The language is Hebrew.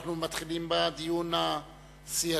אנחנו מתחילים בדיון הסיעתי,